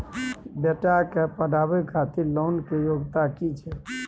बेटा के पढाबै खातिर लोन के योग्यता कि छै